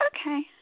Okay